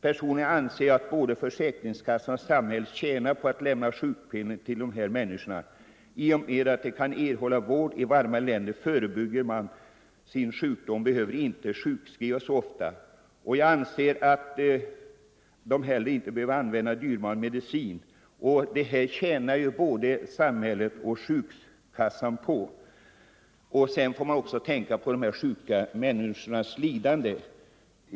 Personligen anser jag att både försäkringskassan och samhället tjänar på att lämna sjukpenning till de här människorna. I och med att de kan erhålla vård i länder med varmare klimat förebygger de sin sjukdom och behöver inte sjukskriva sig så ofta. De behöver inte heller använda dyrbar medicin. Detta tjänar ju både samhället och försäkringskassan på. Dessutom bör man tänka på de här sjuka människornas lidande.